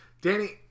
Danny